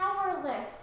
powerless